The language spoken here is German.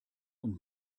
und